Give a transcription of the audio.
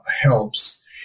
helps